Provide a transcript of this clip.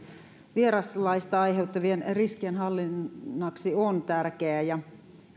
vieraslajeista aiheutuvien riskien hallinnaksi on tärkeä